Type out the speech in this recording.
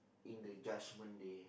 in the judgement day